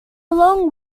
long